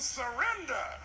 surrender